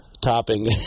topping